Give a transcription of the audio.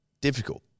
difficult